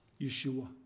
Yeshua